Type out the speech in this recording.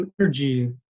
energy